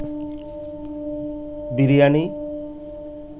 biryani